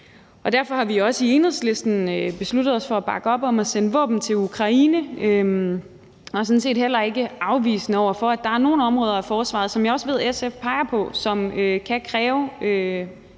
Derfor har vi i Enhedslisten også besluttet os for at bakke op om at sende våben til Ukraine, og vi er sådan set heller ikke afvisende over for, at der er nogle områder af forsvaret, som jeg også ved at SF peger på, som kan kræve